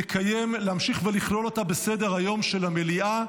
להמשיך ולכלול אותה בסדר-היום של המליאה.